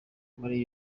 muri